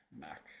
Mac